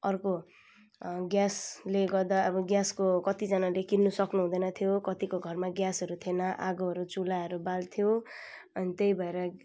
अर्को ग्यासले गर्दा अब ग्यासको कतिजानाले किन्न सक्नु हुँदैन थियो कतिको घरमा ग्यासहरू थिएन आगोहरू चुलाहरू बाल्थ्यो अनि त्यही भएर